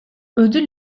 ödül